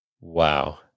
Wow